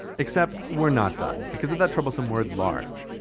except we're not done because of that troublesome word large.